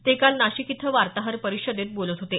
ते काल नाशिक इथं वार्ताहर परिषदेत बोलत होते